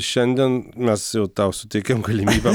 šiandien mes jau tau suteikėm galimybę